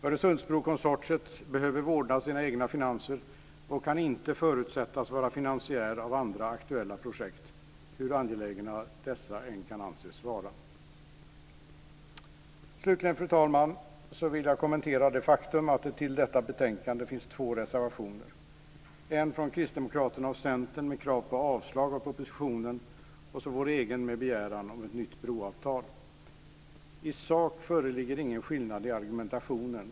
Öresundsbrokonsortiet behöver vårda sina egna finanser och kan inte förutsättas vara finansiär av andra aktuella projekt, hur angelägna dessa än kan anses vara. Slutligen, fru talman, vill jag kommentera det faktum att det till detta betänkande finns två reservationer, en från Kristdemokraterna och Centern med krav på avslag på propositionen och så vår egen med begäran om ett nytt broavtal. I sak föreligger ingen skillnad i argumentationen.